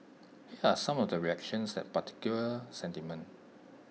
here are some of the reactions that particular sentiment